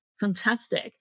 Fantastic